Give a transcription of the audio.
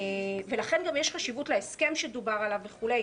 ולכן גם יש חשיבות להסכם שדובר עליו, וכו'.